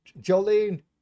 Jolene